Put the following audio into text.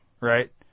right